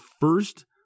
first